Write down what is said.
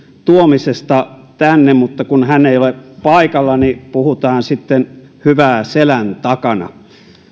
tuomisesta tänne mutta kun hän ei ole paikalla niin puhutaan sitten hyvää selän takana